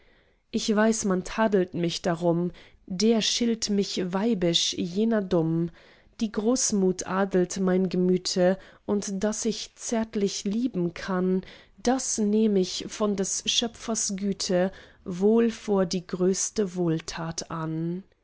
ich weiß man tadelt mich darum der schilt mich weibisch jener dumm die großmut adelt mein gemüte und daß ich zärtlich lieben kann das nehm ich von des schöpfers güte wohl vor die größte wohltat an